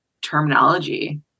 terminology